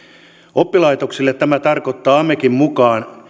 oppilaitoksille tämä tarkoittaa amken mukaan